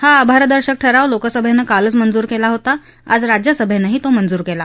हा आभार दर्शक ठराव लोकसभेनं कालच मंजूर केला होता आज राज्यसभेनंही तो मंजूर केला